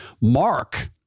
Mark